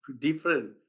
different